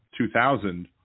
2000